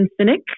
Cynic